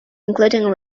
including